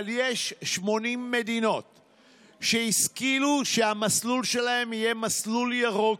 אבל יש 80 מדינות שהשכילו שהמסלול שלהן יהיה מסלול ירוק,